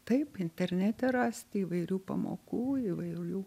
taip internete rasti įvairių pamokų įvairių